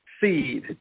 seed